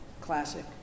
classic